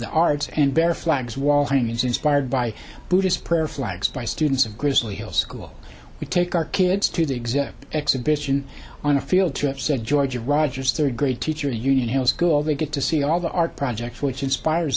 the arts and bear flags while hanging is inspired by buddhist prayer flags by students of grizzly hills school we take our kids to the exhibit exhibition on a field trip said george rogers third grade teacher union hill school they get to see all the art projects which inspires